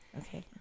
Okay